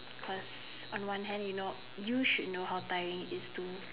because on one hand you know you should know how tiring it is